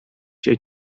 się